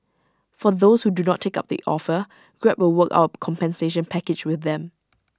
for those who do not take up the offer grab will work out compensation package with them